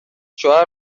شوهر